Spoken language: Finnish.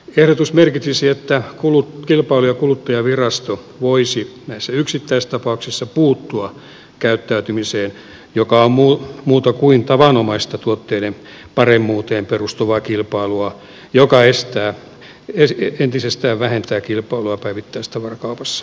ehdotus merkitsisi että kilpailu ja kuluttajavirasto voisi näissä yksittäistapauksissa puuttua käyttäytymiseen joka on muuta kuin tavanomaista tuotteiden paremmuuteen perustuvaa kilpailua joka entisestään vähentää kilpailua päivittäistavarakaupassa